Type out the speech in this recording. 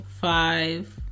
five